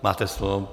Máte slovo.